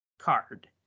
card